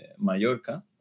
Mallorca